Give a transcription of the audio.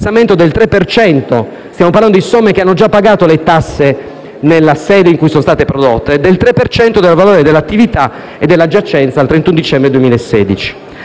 - del valore dell'attività e della giacenza al 31 dicembre 2016.